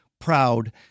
proud